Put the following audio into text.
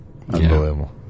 Unbelievable